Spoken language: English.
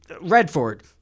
Redford